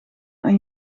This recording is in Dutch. aan